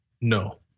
No